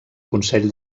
consell